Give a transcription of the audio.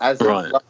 Right